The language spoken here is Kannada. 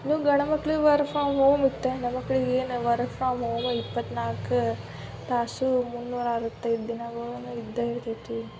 ಇನ್ನು ಗಂಡ್ ಮಕ್ಕಳು ವರ್ಕ್ ಫ್ರಮ್ ಹೋಮ್ ಇತ್ತು ಹೆಣ್ಣು ಮಕ್ಳಿಗೇನೂ ವರ್ಕ್ ಫ್ರಮ್ ಹೋಮ್ ಇಪ್ಪತ್ತ್ನಾಲ್ಕು ತಾಸೂ ಮುನ್ನೂರ ಅರ್ವತ್ತೈದು ದಿನಗಳೂನು ಇದ್ದೇ ಇರ್ತೈತಿ